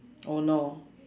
oh no